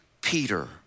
Peter